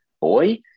boy